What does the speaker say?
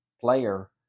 player